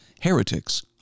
Heretics